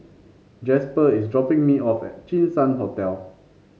Jasper is dropping me off at Jinshan Hotel